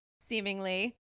seemingly